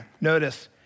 Notice